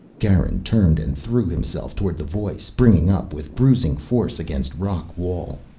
garin turned and threw himself toward the voice, bringing up with bruising force against rock wall.